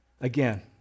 Again